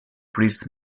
preached